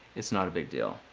it's not a big deal.